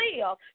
live